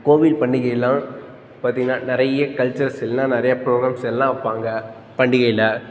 கோவில் பண்டிகை எல்லாம் பார்த்தீங்கன்னா நிறைய கல்ச்சர்ஸ் எல்லாம் நிறைய ப்ரோக்ராம்ஸ் எல்லாம் வைப்பாங்க பண்டிகையில்